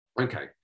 Okay